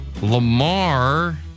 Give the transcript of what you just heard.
Lamar